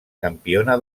campiona